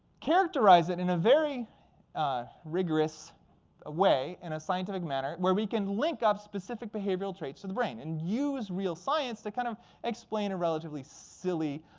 characterize it in a very rigorous in a scientific manner where we can link up specific behavioral traits to the brain, and use real science to kind of explain a relatively silly,